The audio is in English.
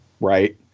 Right